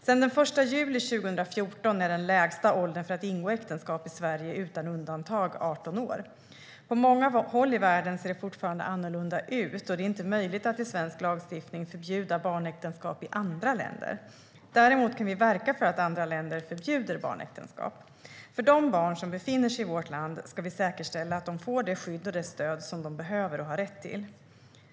Sedan den 1 juli 2014 är den lägsta åldern för att få ingå äktenskap i Sverige, utan undantag, 18 år. På många håll i världen ser det fortfarande annorlunda ut och det är inte möjligt att i svensk lagstiftning förbjuda barnäktenskap i andra länder. Däremot kan vi verka för att andra länder förbjuder barnäktenskap. För de barn som befinner sig i vårt land ska vi säkerställa att de får det skydd och stöd som de behöver och har rätt till.